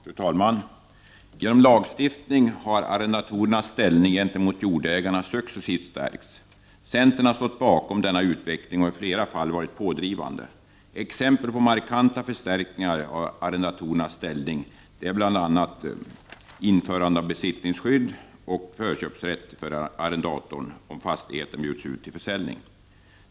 Fru talman! Genom lagstiftning har arrendatorernas ställning gentemot jordägarna successivt stärkts. Centern har stått bakom denna utveckling och har i flera fall varit pådrivande. Exempel på markanta förstärkningar av arrendatorernas ställning är bl.a. införandet av besittningsskydd och av förköpsrätt för arrendatorn om fastigheten bjuds ut till försäljning.